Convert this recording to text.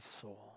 soul